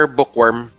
bookworm